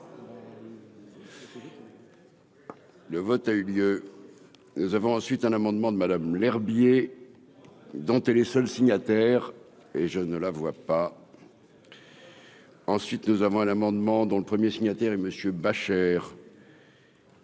Le vote a eu lieu, nous avons ensuite un amendement de Madame Lherbier dans télé seul signataire et je ne la vois pas. Ensuite, nous avons un amendement dont le premier signataire et monsieur Bachere.